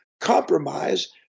compromise